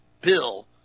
bill